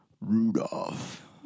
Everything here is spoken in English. Rudolph